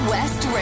West